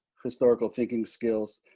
historical thinking skills